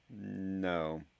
No